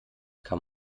kann